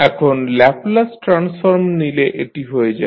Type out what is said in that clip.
এখন Laplace transform নিলে এটি হয়ে যাবে